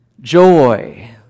joy